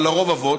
אבל לרוב אבות,